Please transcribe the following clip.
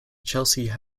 chelsea